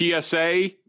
TSA